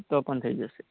તો પણ થઇ જશે